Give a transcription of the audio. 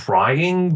Trying